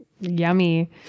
Yummy